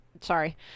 sorry